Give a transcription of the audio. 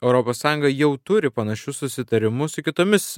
europos sąjunga jau turi panašius susitarimus su kitomis